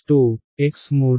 xn